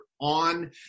on –